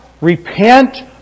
Repent